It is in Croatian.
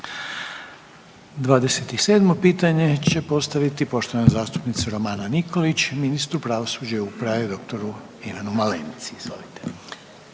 27 pitanje će postaviti poštovana zastupnica Romana Nikolić, ministru pravosuđa i uprave dr. Ivanu Malenici.